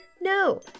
no